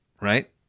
right